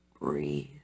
breathe